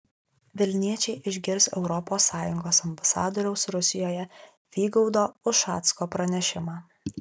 vilniečiai išgirs europos sąjungos ambasadoriaus rusijoje vygaudo ušacko pranešimą